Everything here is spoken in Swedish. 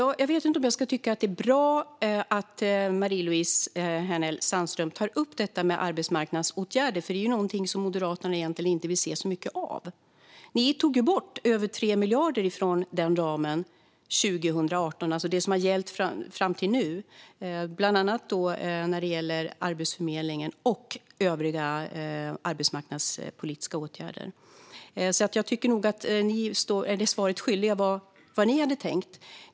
Fru talman! Jag vet inte om jag ska tycka att det är bra att Marie-Louise Hänel Sandström tar upp detta med arbetsmarknadsåtgärder, för det är ju någonting som Moderaterna egentligen inte vill se så mycket av. Ni tog ju bort över 3 miljarder från den ramen 2018, och det är alltså det som har gällt fram till nu, bland annat när det gäller Arbetsförmedlingen och övriga arbetsmarknadspolitiska åtgärder. Jag tycker nog att ni är svaret skyldiga. Vad hade ni tänkt?